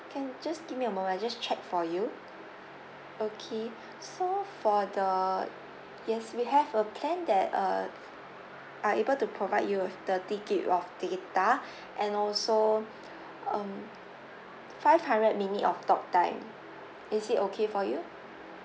can just give me a moment I just check for you okay so for the yes we have a plan that uh are able to provide you with thirty gig of data and also um five hundred minute of talk time is it okay for you